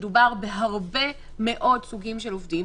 כשמדובר בהרבה מאוד סוגים של עובדים,